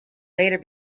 later